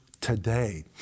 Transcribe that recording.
today